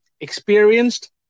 experienced